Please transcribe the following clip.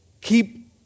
Keep